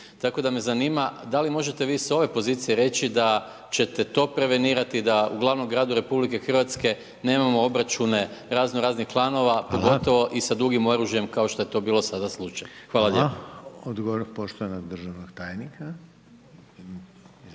tako da me zanima da li možete vi sa ove pozicije reći da ćete to prevenirati da u glavnom gradu Republike Hrvatske nemamo obračune razno raznih klanova pogotovo i sa dugim oružjem kao što to bilo sada slučaj? Hvala lijepa. **Reiner, Željko (HDZ)** Hvala.